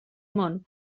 món